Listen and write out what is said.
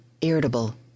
irritable